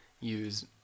use